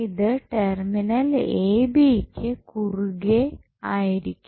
ഇത് terminal A B കു കുറുകെ ആയിരിക്കും